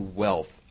wealth